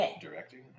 directing